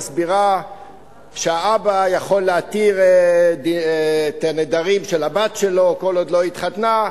מסבירה שהאבא יכול להתיר את הנדרים של הבת שלו כל עוד היא לא התחתנה.